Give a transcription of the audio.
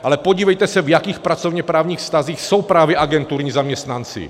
Ale podívejte se, v jakých pracovněprávních vztazích jsou právě agenturní zaměstnanci.